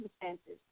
circumstances